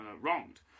wronged